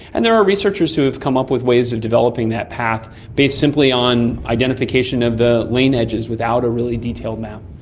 and there are researchers who have come up with ways of developing that path based simply on identification of the lane edges without a really detailed map.